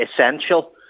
essential